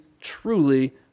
truly